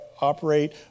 operate